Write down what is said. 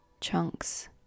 chunks